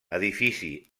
edifici